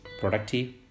productive